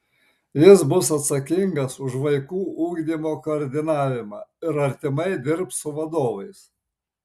jis bus atsakingas už vaikų ugdymo koordinavimą ir artimai dirbs su vadovais